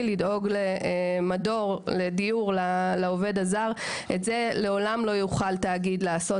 לדאוג לדיור לעובד הזר; את זה לעולם תאגיד לעשות,